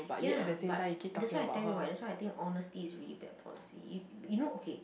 ya but that's why I tell you right that's why I think honesty is really bad policy you you know okay